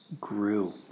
Grew